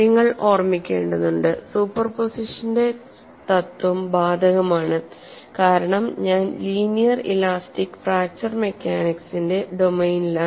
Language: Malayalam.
നിങ്ങൾ ഓർമിക്കേണ്ടതുണ്ട് സൂപ്പർപോസിഷന്റെ തത്വം ബാധകമാണ് കാരണം ഞാൻ ലീനിയർ ഇലാസ്റ്റിക് ഫ്രാക്ചർ മെക്കാനിക്സിന്റെ ഡൊമെയ്നിലാണ്